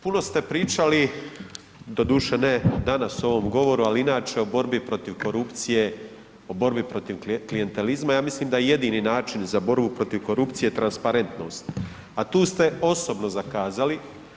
Puno ste pričali, doduše ne danas u ovom govoru ali inače o borbi protiv korupcije, o borbi protiv klijentelizma i ja mislim da je jedini način za borbu protiv korupcije transparentnost, a tu ste osobno zakazali.